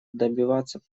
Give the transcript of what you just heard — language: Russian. добиваться